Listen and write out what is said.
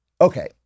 Okay